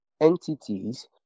entities